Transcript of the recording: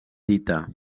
dita